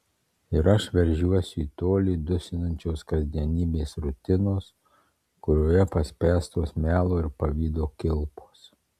ir aš veržiuosi į tolį dusinančios kasdienybės rutinos kurioje paspęstos melo ir pavydo kilpos